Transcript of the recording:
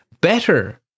better